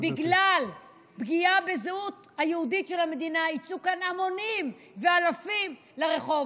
בגלל הפגיעה בזהות היהודית של המדינה יצאו כאן המונים ואלפים לרחוב.